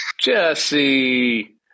Jesse